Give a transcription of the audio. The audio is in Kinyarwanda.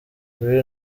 kuri